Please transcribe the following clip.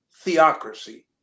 theocracy